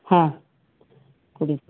ಹಾಂ ಕುಡಿ